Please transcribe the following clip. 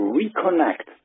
reconnect